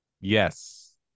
Yes